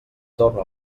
torna